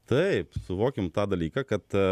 taip suvokiam tą dalyką kad